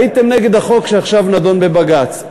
הייתם נגד החוק שעכשיו נדון בבג"ץ.